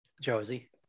Josie